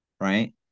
right